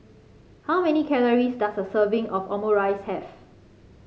how many calories does a serving of Omurice have